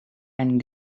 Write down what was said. and